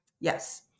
Yes